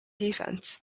defense